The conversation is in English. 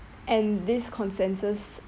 and this consensus